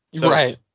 Right